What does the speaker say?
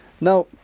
Now